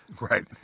Right